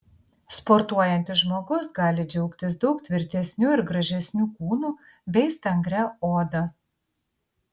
sportuojantis žmogus gali džiaugtis daug tvirtesniu ir gražesniu kūnu bei stangria oda